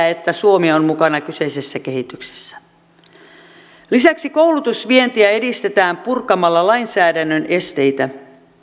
että suomi on mukana kyseisessä kehityksessä lisäksi koulutusvientiä edistetään purkamalla lainsäädännön esteitä